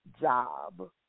job